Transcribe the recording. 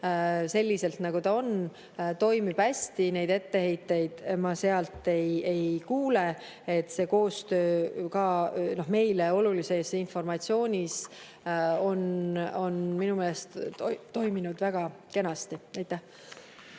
selliselt, nagu ta on, toimib hästi, etteheiteid ma sealt ei kuule. See koostöö ka meile olulise informatsiooni mõttes on minu meelest toiminud väga kenasti. Aitäh!